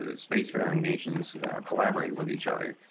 ah spacefaring nations collaborate with each other.